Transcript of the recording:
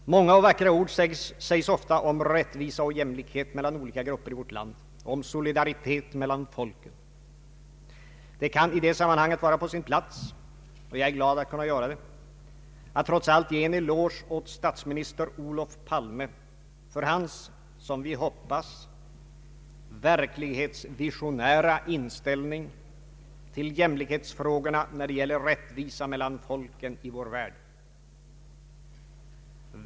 Många och vackra ord sägs ofta om rättvisa och jämlikhet mellan olika grupper i vårt land och om solidaritet mellan folken. Det kan i det sammanhanget vara på sin plats att trots allt ge en eloge åt statsminister Olof Palme — och jag är glad att kunna göra det — för hans, som vi hoppas, verklighetsvisionära inställning till jämlikhetsfrågorna när det gäller rättvisa mellan folken i vår värld.